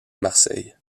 marseille